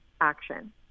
action